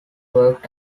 worked